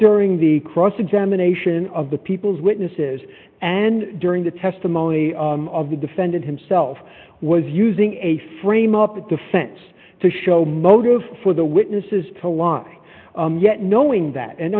during the cross examination of the people's witnesses and during the testimony of the defendant himself was using a frame of the defense to show motive for the witnesses to lie yet knowing that and